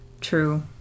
True